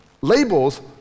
Labels